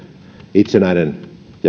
itsenäinen